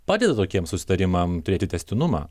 padeda tokiems susitarimam turėti tęstinumą